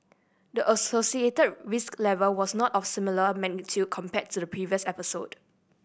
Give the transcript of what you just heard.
the associated risk level was not of similar magnitude compared to the previous episode